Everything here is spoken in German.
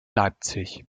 leipzig